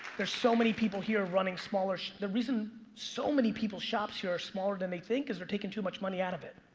there's so many people here running smaller. the reason so many people's shops here are smaller than they think is they're taking too much money out of it.